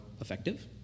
effective